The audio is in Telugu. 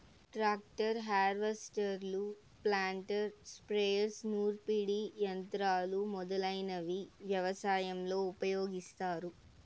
ట్రాక్టర్, హార్వెస్టర్లు, ప్లాంటర్, స్ప్రేయర్స్, నూర్పిడి యంత్రాలు మొదలైనవి వ్యవసాయంలో ఉపయోగిస్తారు